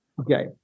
Okay